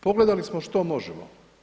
Pogledali smo što možemo.